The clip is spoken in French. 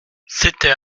c’était